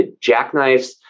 jackknifes